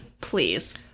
Please